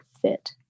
fit